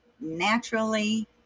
Naturally